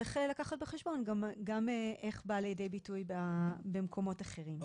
צריך לקחת בחשבון איך זה בא לידי ביטוי גם במקומות אחרים.